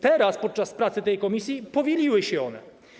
Teraz, podczas pracy tej komisji, powieliły się one.